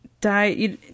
die